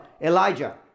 Elijah